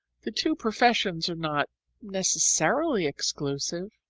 the two professions are not necessarily exclusive.